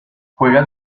juega